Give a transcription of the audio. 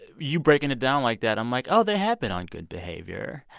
you breaking it down like that i'm like, oh, they have been on good behavior.